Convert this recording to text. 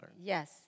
Yes